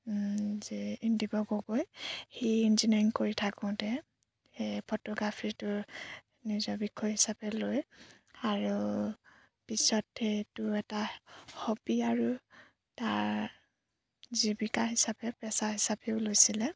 গগৈ সি ইঞ্জিনিয়াৰিং কৰি থাকোঁতে সেই ফটোগ্ৰাফিটোৰ নিজৰ বিষয় হিচাপে লৈ আৰু পিছত সেইটো এটা হবি আৰু তাৰ জীৱিকা হিচাপে পেচা হিচাপেও লৈছিলে